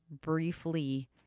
briefly